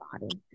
body